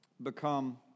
Become